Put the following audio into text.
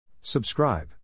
Subscribe